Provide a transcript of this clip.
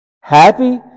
Happy